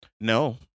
No